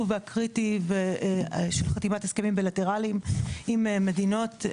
והקריטי של חתימת הסכמים בילטרליים עם מדינות.